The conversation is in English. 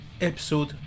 episode